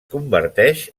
converteix